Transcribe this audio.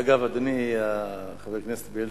אגב, אדוני חבר הכנסת בילסקי,